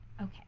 Okay